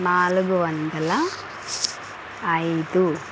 నాలుగు వందల ఐదు